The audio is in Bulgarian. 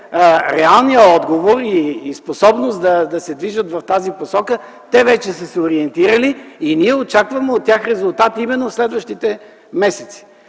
реалния отговор и способност да се движат в тази посока. Те вече са се ориентирали и ние очакваме от тях резултат именно през следващите месеци.